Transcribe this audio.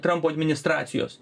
trampo administracijos